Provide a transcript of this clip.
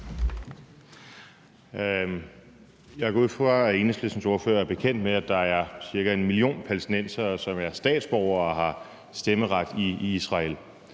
Jeg går ud fra, at Enhedslistens ordfører er bekendt med, at der er ca. 1 million palæstinensere, som er statsborgere og har stemmeret i Israel,